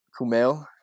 Kumail